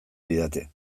didate